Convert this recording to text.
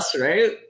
right